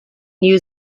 new